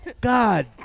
god